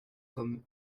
comme